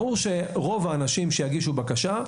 ברור שרוב האנשים שיגישו בקשה,